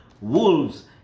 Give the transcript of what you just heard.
wolves